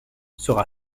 sera